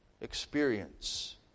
experience